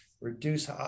reduce